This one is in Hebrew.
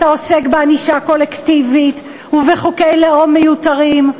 אתה עוסק בענישה קולקטיבית ובחוקי לאום מיותרים.